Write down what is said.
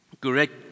Correct